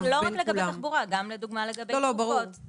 לא רק לגבי תחבורה, גם לגבי תרופות לדוגמה.